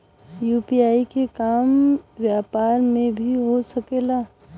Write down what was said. UPI के काम व्यापार में भी हो सके ला?